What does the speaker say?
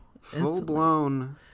Full-blown